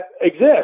exist